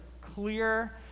clear